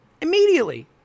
Immediately